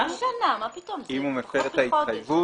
אם הוא מפר את ההתחייבות.